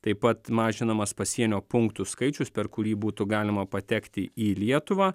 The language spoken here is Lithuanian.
taip pat mažinamas pasienio punktų skaičius per kurį būtų galima patekti į lietuvą